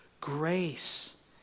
grace